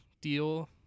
deal